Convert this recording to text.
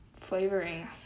flavoring